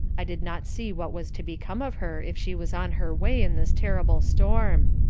i did not see what was to become of her if she was on her way in this terrible storm.